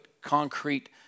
concrete